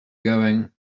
going